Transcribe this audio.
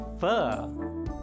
fur